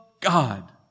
God